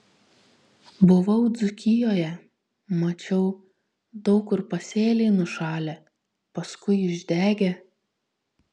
buvau dzūkijoje mačiau daug kur pasėliai nušalę paskui išdegę